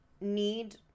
need